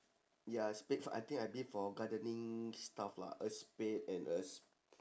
ya a spade for I think a bit for gardening stuff lah a spade and a sp~